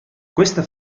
questa